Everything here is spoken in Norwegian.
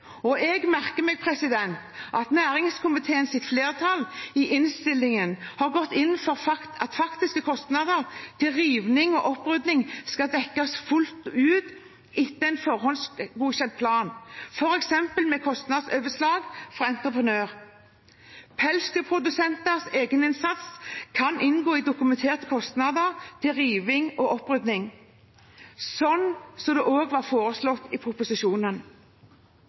opprydding. Jeg merker meg at næringskomiteens flertall i innstillingen har gått inn for at faktiske kostnader til riving og opprydding skal dekkes fullt ut etter en forhåndsgodkjent plan, f.eks. med kostnadsoverslag fra entreprenør. Pelsdyrprodusenters egeninnsats kan inngå i dokumenterte kostnader til riving og opprydding, slik det også var foreslått i proposisjonen.